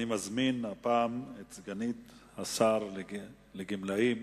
אני מזמין הפעם את סגנית השר לענייני גמלאים,